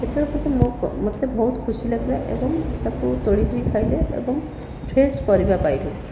ସେତେବେଳେ ମୋତେ ବହୁତ ଖୁସି ଲାଗିଲା ଏବଂ ତାକୁ ତୋଳିକରି ଖାଇଲେ ଏବଂ ଫ୍ରେଶ୍ ପରିବା ପାଇଲୁ